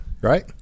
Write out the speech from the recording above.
right